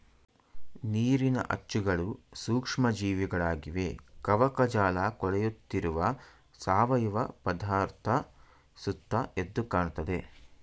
ನೀರಿನ ಅಚ್ಚುಗಳು ಸೂಕ್ಷ್ಮ ಜೀವಿಗಳಾಗಿವೆ ಕವಕಜಾಲಕೊಳೆಯುತ್ತಿರುವ ಸಾವಯವ ಪದಾರ್ಥ ಸುತ್ತ ಎದ್ದುಕಾಣ್ತದೆ